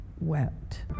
wept